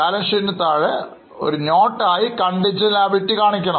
balance ഷീറ്റിന് താഴെ എല്ലാ Contingent liabilities ൻറെ കുറിപ്പ് നൽകണം